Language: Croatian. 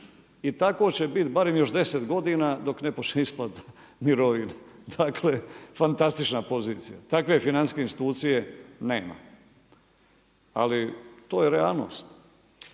I tako će biti barem još 10 godina dok ne počne isplata mirovina. Dakle, fantastična pozicija. Takve financijske institucije nema. Ali to je realnost.